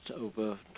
over